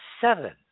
seven